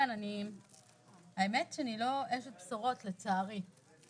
כן, האמת שאני לא אשת בשורות, לצערי.